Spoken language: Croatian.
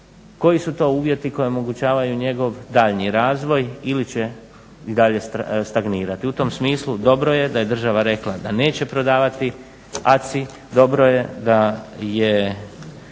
koji su to uvjeti koji omogućavaju njegov daljnji razvoj ili će dalje stagnirati. U tom smislu dobro je da je država rekla da neće prodavati ACI dobro je da je